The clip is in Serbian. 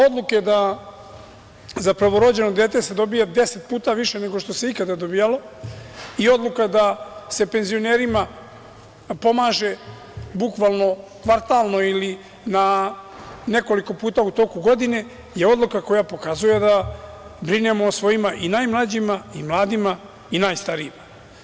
Odluke da za prvorođeno dete se dobija 10 puta više nego što se ikada dobijalo i odluka da se penzionerima pomaže bukvalno kvartalno ili nekoliko puta u toku godine, je odluka koja pokazuje da brinemo o svojima i najmlađima i mladima i najstarijima.